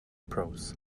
prose